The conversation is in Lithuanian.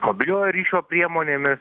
mobiliojo ryšio priemonėmis